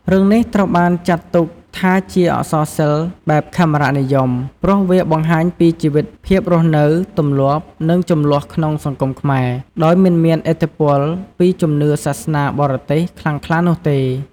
រឿងនេះត្រូវបានចាត់ទុកថាជាអក្សរសិល្ប៍បែប ខេមរនិយម ព្រោះវាបង្ហាញពីជីវិតភាពរស់នៅ ទម្លាប់ និងជម្លោះក្នុងសង្គមខ្មែរ ដោយមិនមានឥទ្ធិពលពីជំនឿសាសនាបរទេសខ្លាំងក្លានោះទេ។